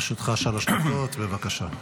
לרשותך שלוש דקות, בבקשה.